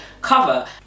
cover